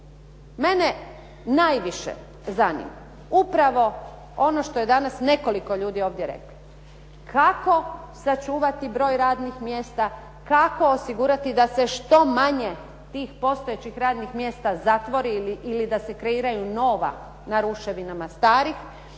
mene najviše zanima upravo ono što je danas nekoliko ljudi ovdje reklo, kako sačuvati broj radnih mjesta, kako osigurati da se što manje tih postojećih radnih mjesta zatvori ili da se kreiraju nova na ruševinama starih